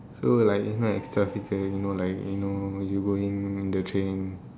so like you no extra feature you know like you know you going the train